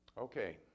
Okay